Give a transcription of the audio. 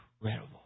incredible